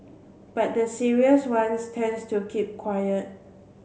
but the serious ones tends to keep quiet